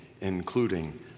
including